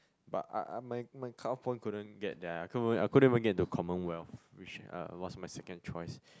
but I I my my cut off point couldn't get there I couldn't even I couldn't even get into commonwealth which uh was my second choice